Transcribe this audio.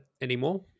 anymore